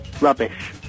rubbish